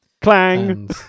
Clang